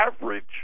average